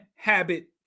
Habit